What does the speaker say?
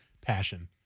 passion